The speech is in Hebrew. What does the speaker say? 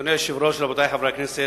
אדוני היושב-ראש, רבותי חברי הכנסת,